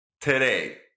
today